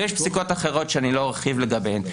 יש פסיקות אחרות שאני לא ארחיב לגביהן.